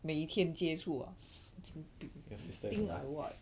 your sister is